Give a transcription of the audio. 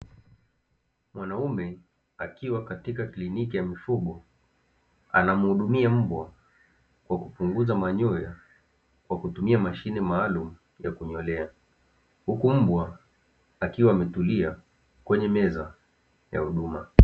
Mwanaume akiwa katika kliniki ya mifugo anamhudumia mbwa kwa kupunguza manyoya kwa kutumia mashine maalumu ya kunyolea, huku mbwa akiwa ametulia kwenye meza ya huduma.